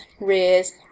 rears